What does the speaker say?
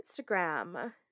Instagram